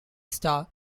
starr